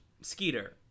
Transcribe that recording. Skeeter